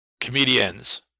comedians